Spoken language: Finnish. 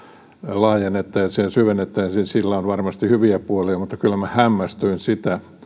laajennettaisiin syvennettäisiin on varmasti hyviä puolia mutta kyllä minä hämmästyin sitä